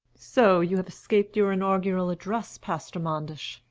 so you have escaped your inaugural address, pastor manders.